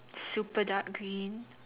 super dark green